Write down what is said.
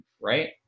right